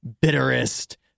bitterest